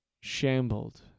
shambled